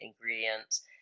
ingredients